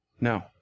No